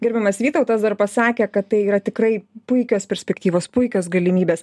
gerbiamas vytautas dar pasakė kad tai yra tikrai puikios perspektyvos puikios galimybės